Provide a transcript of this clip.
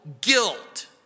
guilt